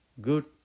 good